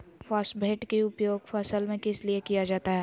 Phosphate की उपयोग फसल में किस लिए किया जाता है?